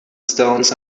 stones